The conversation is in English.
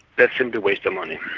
that seems a waste of money.